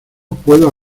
puedo